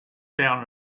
down